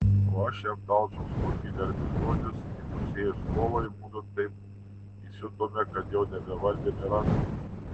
o aš jam talžau snukį garbės žodis įpusėjus kovai mudu taip įsiutome kad jau nebevaldėme rankų